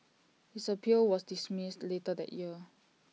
his appeal was dismissed later that year